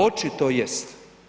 Očito jest.